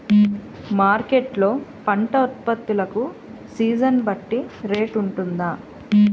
Market లొ పంట ఉత్పత్తి లకు సీజన్ బట్టి రేట్ వుంటుందా?